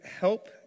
help